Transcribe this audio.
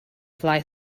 fly